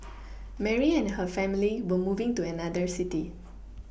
Mary and her family were moving to another city